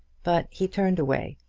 but he turned away,